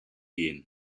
gehen